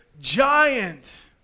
giant